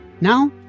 Now